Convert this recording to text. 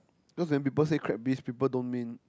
cause when people say crab bisque people don't mean